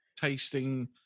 tasting